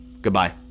Goodbye